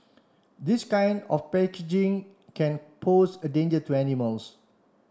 this kind of packaging can pose a danger to animals